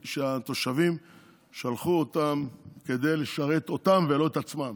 שהתושבים שלחו אותם כדי לשרת אותם ולא את עצמם.